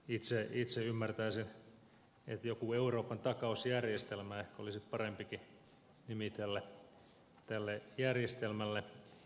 itse ymmärtäisin että joku euroopan takausjärjestelmä olisi parempikin nimi tälle järjestelmälle